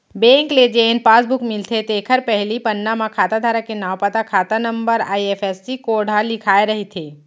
bank ले जेन passbook मिलथे तेखर पहिली पन्ना म खाता धारक के नांव, पता, खाता नंबर, आई.एफ.एस.सी कोड ह लिखाए रथे